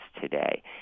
today